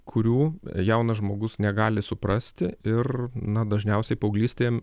kurių jaunas žmogus negali suprasti ir na dažniausiai paauglystė